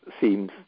seems